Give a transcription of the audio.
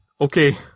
Okay